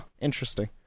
interesting